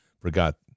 Forgot